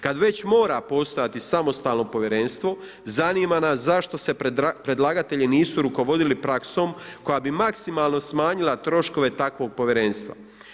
Kad već mora postojati samostalno Povjerenstvo zanima nas zašto se predlagatelji nisu rukovodili praksom koja bi maksimalno smanjila troškove takvog povjerenstva.